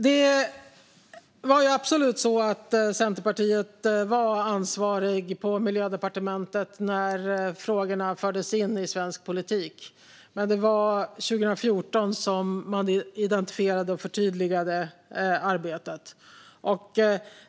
Det var absolut så att Centerpartiet var ansvarigt på Miljödepartementet när frågorna fördes in i svensk politik, men det var 2014 man identifierade och förtydligade arbetet.